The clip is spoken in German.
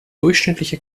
durchschnittliche